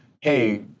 hey